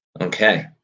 Okay